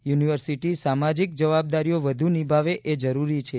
university સામાજિક જવાબદારીઓ વધુ નિભાવે એ જરૂરી છે